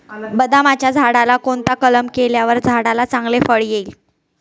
बदामाच्या झाडाला कोणता कलम केल्यावर झाडाला चांगले फळ येईल?